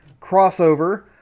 crossover